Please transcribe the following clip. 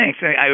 thanks